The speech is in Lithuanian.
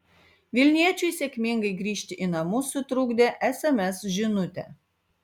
vilniečiui sėkmingai grįžti į namus sutrukdė sms žinutė